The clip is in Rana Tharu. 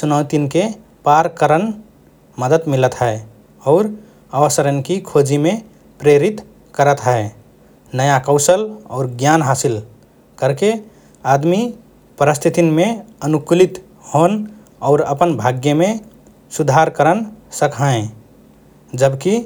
चुनौतीन्के पार करन मद्दत मिलत हए और अवसरन्कि खोजीमे प्रेरित करत हए । नया कौशल और ज्ञान हासिल करके आदमि परिस्थितिन्मे अनुकूलित होन और अपन भाग्यमे सुधार करन सक्हएँ । जबकि